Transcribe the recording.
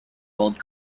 old